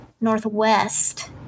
northwest